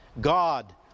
God